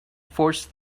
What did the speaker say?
forced